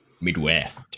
Midwest